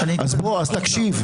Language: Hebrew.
אז תקשיב.